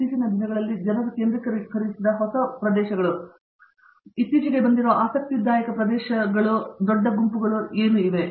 ಇತ್ತೀಚಿನ ದಿನಗಳಲ್ಲಿ ಜನರು ಕೇಂದ್ರೀಕರಿಸಿದ ಹೊಸ ಪ್ರದೇಶಗಳು ಇತ್ತೀಚೆಗೆ ಬಂದಿರುವ ಆಸಕ್ತಿದಾಯಕ ಪ್ರದೇಶಗಳು ದೊಡ್ಡ ಗುಂಪುಗಳು ಕಾರ್ಯನಿರ್ವಹಿಸುತ್ತಿವೆ